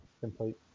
complete